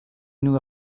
nous